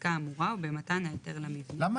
בפסקה האמורה או במתן ההיתר למבנה." למה